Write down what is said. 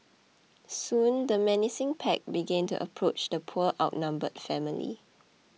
soon the menacing pack began to approach the poor outnumbered family